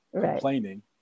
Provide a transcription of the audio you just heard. complaining